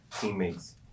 teammates